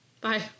Bye